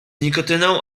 nikotyną